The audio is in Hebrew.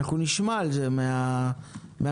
נשמע על זה מהממשלה.